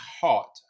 hot